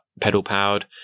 pedal-powered